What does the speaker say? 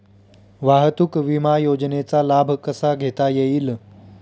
वाहतूक विमा योजनेचा लाभ कसा घेता येईल?